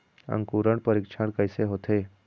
अंकुरण परीक्षण कैसे होथे?